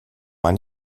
eine